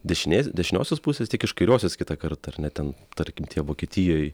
dešinės dešiniosios pusės tik iš kairiosios kitąkart ar ne ten tarkim tie vokietijoj